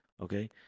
okay